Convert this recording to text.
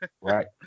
Right